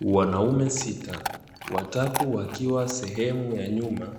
Wanaume sita watatu wakiwa sehemu ya nyuma